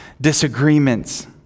disagreements